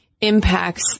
impacts